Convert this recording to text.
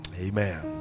Amen